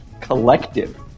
collective